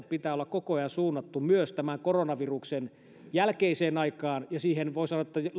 pitää olla koko ajan suunnattu myös koronaviruksen jälkeiseen aikaan ja siihen voi